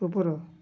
ଉପର